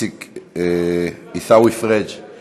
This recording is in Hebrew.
עיסאווי פריג';